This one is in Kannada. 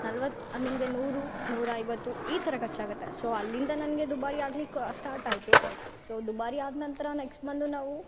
ನಲ್ವತ್ತು ನಿಮಗೆ ನೂರು ನೂರ ಐವತ್ತು ಈ ಥರ ಖರ್ಚಾಗತ್ತೆ ಸೊ ಅಲ್ಲಿಂದ ನನಗೆ ದುಬಾರಿ ಆಗ್ಲಿಕ್ಕೆ ಸ್ಟಾರ್ಟ್ ಆಯಿತು ಸೊ ದುಬಾರಿ ಆದ ನಂತರ ನೆಕ್ಸ್ಟ್ ಬಂದು ನಾವು